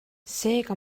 seega